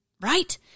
right